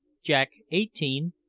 jack eighteen,